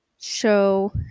show